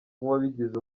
nk’uwabigize